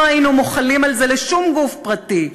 לא היינו מוחלים על זה לשום גוף פרטי.